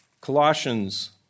Colossians